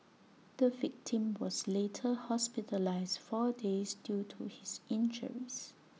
the victim was later hospitalised four days due to his injuries